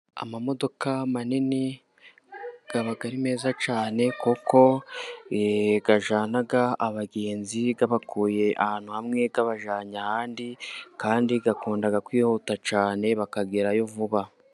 Amamodoka manini aba ari meza cyane, kuko ajyana abagenzi abakuye ahantu hamwe abajyana ahandi, kandi akunda kwihuta cyane bakagerayo vuba.